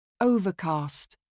Overcast